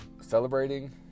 celebrating